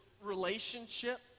relationship